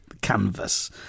canvas